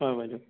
হয় বাইদেউ